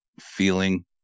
Feeling